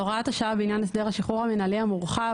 הוראת השעה בעניין הסדר השחרור המנהלי המורחב,